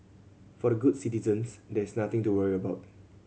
for the good citizens there is nothing to worry about